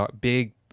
big